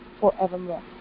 forevermore